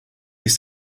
ist